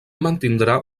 mantindrà